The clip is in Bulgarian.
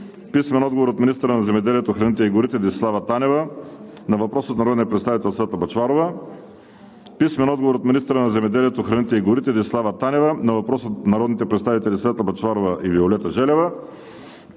Бъчварова; - министъра на земеделието храните и горите Десислава Танева на въпрос от народния представител Светла Бъчварова; - министъра на земеделието храните и горите Десислава Танева на въпрос от народните представители Светла Бъчварова и Виолета Желева;